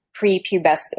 prepubescent